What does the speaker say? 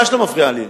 לא, ממש לא מפריע לי.